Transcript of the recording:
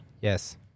Yes